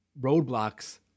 roadblocks